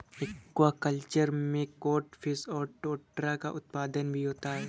aquaculture में catfish और trout का उत्पादन भी होता है